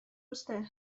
uste